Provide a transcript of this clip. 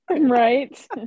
Right